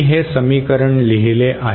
मी हे समीकरण लिहिले आहे